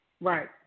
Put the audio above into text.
Right